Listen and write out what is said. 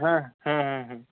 হ্যাঁ হুম হুম হুম